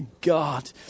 God